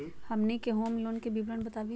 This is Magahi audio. हमनी के होम लोन के विवरण बताही हो?